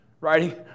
Writing